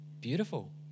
Beautiful